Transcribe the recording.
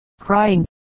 crying